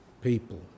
people